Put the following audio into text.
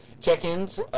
Check-ins